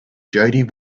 jody